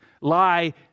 lie